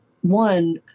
one